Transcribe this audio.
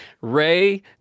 Ray